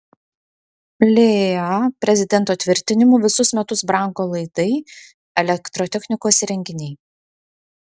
leea prezidento tvirtinimu visus metus brango laidai elektrotechnikos įrenginiai